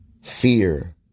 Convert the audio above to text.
fear